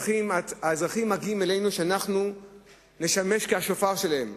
האזרחים מגיעים אלינו כדי שאנחנו נשמש השופר שלהם,